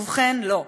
ובכן, לא.